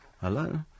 Hello